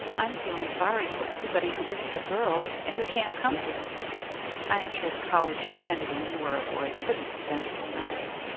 i'm feeling sorry for everybody who isn't a girl and who can't come here i am sure the college you attended when you were a boy couldn't have been so nice.